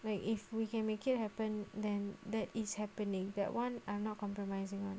like if we can make it happen then that is happening that one I'm not compromising on